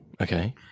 okay